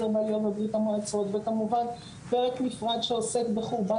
בעלייה מברית המועצות וכמובן פרק נפרד שעוסק בחורבן